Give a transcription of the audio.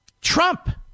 Trump